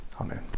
Amen